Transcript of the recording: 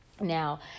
Now